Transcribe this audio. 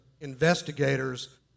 investigators